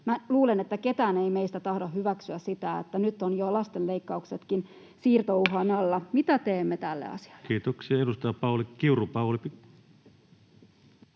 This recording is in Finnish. luulen, että kukaan ei meistä tahdo hyväksyä sitä, että nyt ovat jo lasten leikkauksetkin siirtouhan alla. Mitä teemme tälle asialle? Kiitoksia. — Edustaja Kiuru,